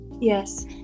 yes